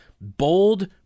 bold